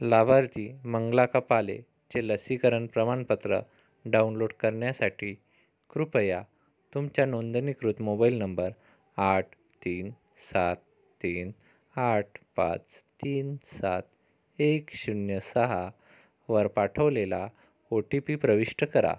लाभार्थी मंगला कपालेचे लसीकरण प्रमाणपत्र डाउनलोट करण्यासाठी कृपया तुमचा नोंदणीकृत मोबाईल नंबर आठ तीन सात तीन आठ पाच तीन सात एक शून्य सहावर पाठवलेला ओ टी पी प्रविष्ट करा